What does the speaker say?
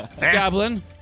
Goblin